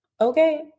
okay